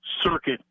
circuit